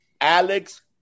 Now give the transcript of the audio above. Alex